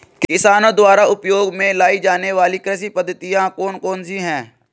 किसानों द्वारा उपयोग में लाई जाने वाली कृषि पद्धतियाँ कौन कौन सी हैं?